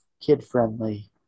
kid-friendly